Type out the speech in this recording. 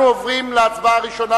אנחנו עוברים להצבעה הראשונה,